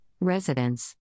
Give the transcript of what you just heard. Residence